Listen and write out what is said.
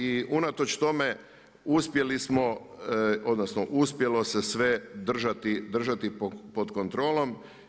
I unatoč tome uspjeli smo, odnosno uspjelo se sve držati pod kontrolom.